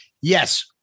Yes